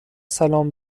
سلام